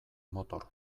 motor